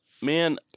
man